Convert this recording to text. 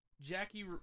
Jackie